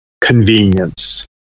convenience